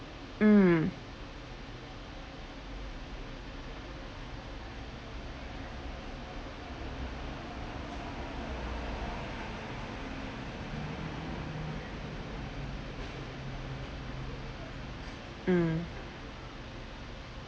mm mm